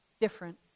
different